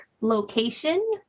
location